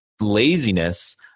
laziness